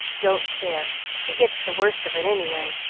don't care, he gets the worst of it any way,